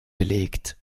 belegt